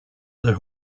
their